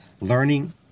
Learning